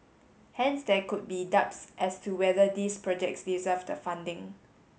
hence there could be doubts as to whether these projects deserved the funding